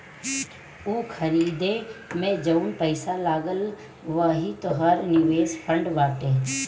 ऊ खरीदे मे जउन पैसा लगल वही तोहर निवेश फ़ंड बाटे